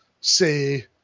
say